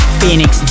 Phoenix